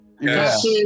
yes